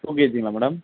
two கேஜிங்களா madam